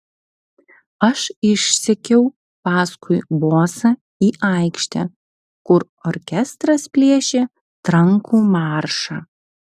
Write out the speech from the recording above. aš išsekiau paskui bosą į aikštę kur orkestras plėšė trankų maršą